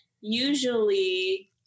usually